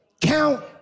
count